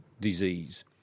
disease